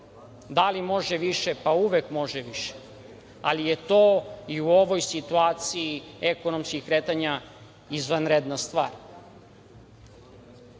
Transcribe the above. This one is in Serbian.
Da li može više? Pa, uvek može više, ali je to i u ovoj situaciji ekonomskih kretanja izvanredna stvar. Ono